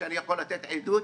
אני יכול לתת עדות